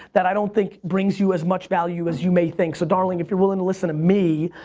that i don't think brings you as much value as you may think. so, darling, if you're willing listen to me,